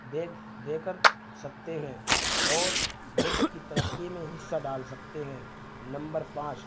دے دے کر سکتے ہیں اور ملک کی ترقی میں حصہ ڈال سکتے ہیں نمبر پانچ